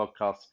podcast